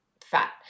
fat